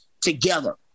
together